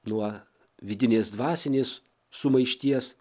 nuo vidinės dvasinės sumaišties